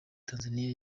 tanzania